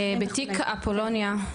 בתיק אפולוניה,